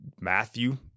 Matthew